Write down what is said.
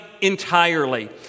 entirely